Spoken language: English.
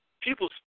People